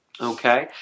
Okay